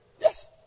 yes